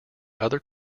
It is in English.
other